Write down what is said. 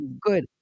good